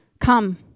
Come